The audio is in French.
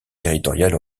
territoriale